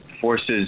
forces